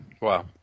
Wow